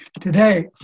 today